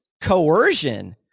coercion